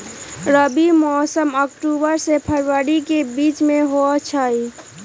रबी मौसम अक्टूबर से फ़रवरी के बीच में होई छई